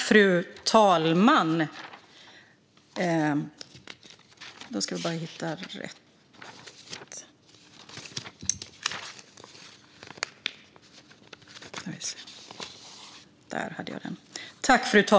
Fru talman!